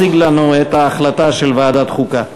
של ועדת החוקה.